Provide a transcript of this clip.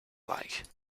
like